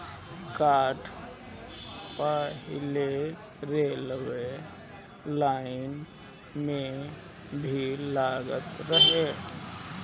काठ पहिले railway line में भी लागत रहे